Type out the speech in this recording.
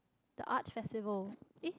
the arts festival eh